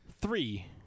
three